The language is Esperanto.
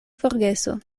forgeso